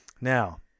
Now